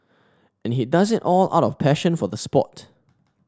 and he does it all out of passion for the sport